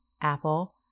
Apple